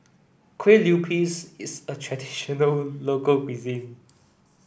Kueh Lupis is a traditional local cuisine